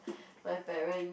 my parent